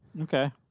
Okay